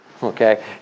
Okay